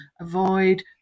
avoid